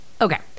Okay